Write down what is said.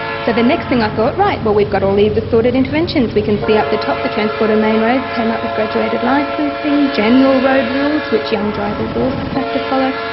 so the next thing i thought, right, but we've got all these assorted interventions, we can see up the top, transport and main roads came up with graduating licensing, general road rules which young drivers also have to follow,